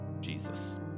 Jesus